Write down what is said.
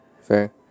Fair